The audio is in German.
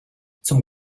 zum